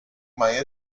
mai